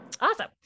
Awesome